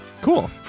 cool